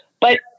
but-